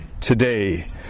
today